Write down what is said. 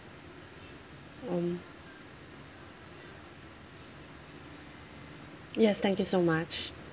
um yes thank you so much